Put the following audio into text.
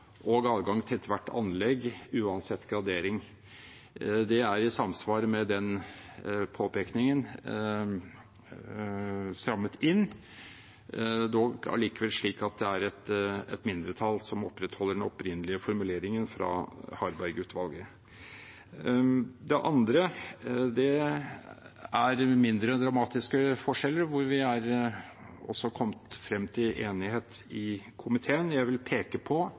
og adgang til ethvert anlegg uansett gradering. Det er i samsvar med den påpekningen strammet inn – dog er det et mindretall som opprettholder den opprinnelige formuleringen fra Harberg-utvalget. Det andre er mindre dramatiske forskjeller, hvor vi er kommet frem til enighet i komiteen. Jeg vil peke på